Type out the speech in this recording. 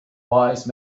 wise